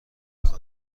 کرده